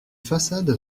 façades